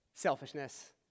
Selfishness